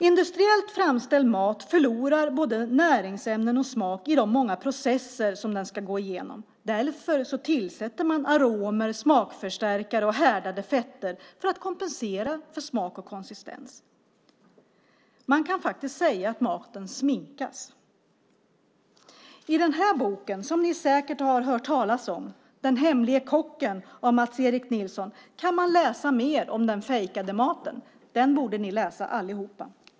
Industriellt framställd mat förlorar både näringsämnen och smak i de många processer som den ska gå igenom. Därför tillsätter man aromer, smakförstärkare och härdade fetter för att kompensera för smak och konsistens. Man kan faktiskt säga att maten sminkas. I boken Den hemlige kocken , som ni säkert har hört talas om, av Mats-Eric Nilsson kan man läsa mer om den fejkade maten. Den boken borde ni alla läsa.